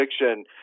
fiction